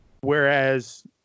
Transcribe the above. Whereas